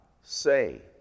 say